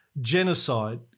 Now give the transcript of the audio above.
genocide